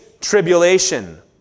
tribulation